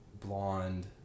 blonde